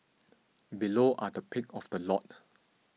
below are the pick of the lot